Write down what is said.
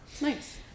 Nice